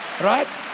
Right